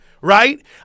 right